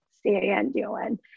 C-A-N-D-O-N